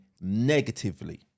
negatively